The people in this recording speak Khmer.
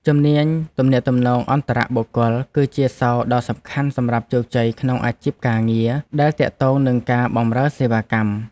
ជំនាញទំនាក់ទំនងអន្តរបុគ្គល គឺជាសោរដ៏សំខាន់សម្រាប់ជោគជ័យក្នុងអាជីពការងារដែលទាក់ទងនឹងការបម្រើសេវាកម្ម។